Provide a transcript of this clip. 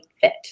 fit